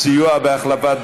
סיוע בהחלפת דירה),